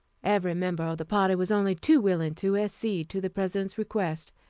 every member of the party was only too willing to accede to the president's request,